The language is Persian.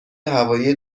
هوایی